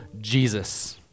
Jesus